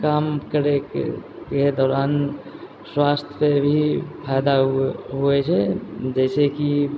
काम करैके दौरान स्वास्थ्यके भी फायदा हो हुए छै जैसे कि